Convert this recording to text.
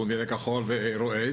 ונראה כחול ורועד